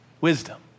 wisdom